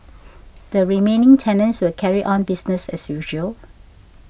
the remaining tenants will carry on business as usual